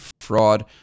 fraud